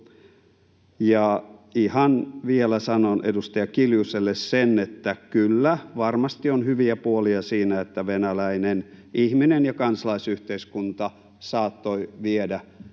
Ihan vielä sanon edustaja Kiljuselle, että kyllä, varmasti on hyviä puolia siinä, että venäläinen ihminen ja kansalaisyhteiskunta saattoivat viedä